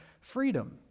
freedom